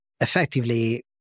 effectively